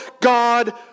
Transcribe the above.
God